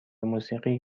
موسیقی